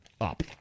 up